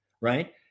Right